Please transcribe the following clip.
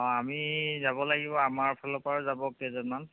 অঁ আমি যাব লাগিব আমাৰ ফালৰ পৰাও যাব কেইজনমান